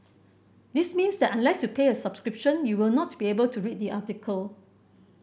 this means that unless you pay a subscription you will not be able to read the article